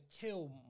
kill